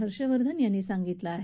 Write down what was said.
हर्षवर्धन यांनी सांगितलं आहे